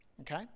Okay